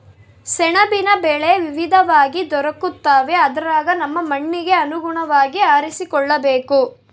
ಸೆಣಬಿನ ಬೆಳೆ ವಿವಿಧವಾಗಿ ದೊರಕುತ್ತವೆ ಅದರಗ ನಮ್ಮ ಮಣ್ಣಿಗೆ ಅನುಗುಣವಾಗಿ ಆರಿಸಿಕೊಳ್ಳಬೇಕು